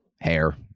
Hair